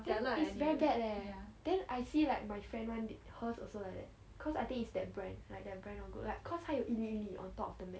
then it's very bad leh then I see like my friend [one] hers also like that cause I think it's that brand like that brand not good like cause 它还有一粒一粒 on top of the mat